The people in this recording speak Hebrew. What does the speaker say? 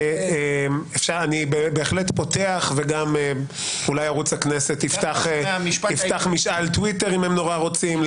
אני בהחלט פותח ואולי ערוץ הכנסת יפתח משאל טוויטר אם הם נורא רוצים,